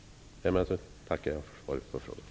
Därmed tackar jag för svaret på frågan.